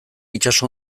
itsaso